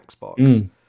Xbox